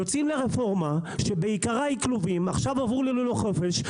יוצאים לרפורמה שבעיקרה היא כלובים; עכשיו עברו ללולי חופש,